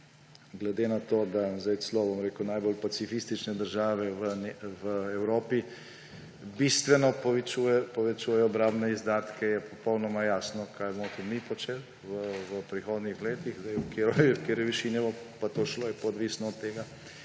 rekel, najbolj pacifistične države v Evropi bistveno povečujejo obrambne izdatke, je popolnoma jasno, kaj bomo tudi mi počeli v prihodnjih letih. V kakšno višino bo pa to šlo, je pa odvisno od tega,